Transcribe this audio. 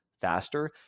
faster